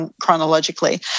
chronologically